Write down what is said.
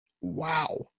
wow